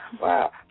Wow